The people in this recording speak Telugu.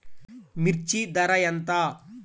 మిర్చి ధర ఎంత?